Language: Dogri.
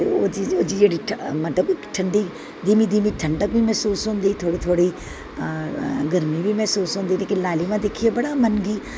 ओह्दी जेह्ड़ी इक मतलब ठंडी धीमी धीमी ठंडक बी मैह्सूस होंदी थोह्ड़ी थोह्ड़ी गर्मी बी मैह्सूस होंदी लेकिन लेकिन लालिमा दिक्खियै मन गी बड़ा